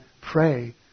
pray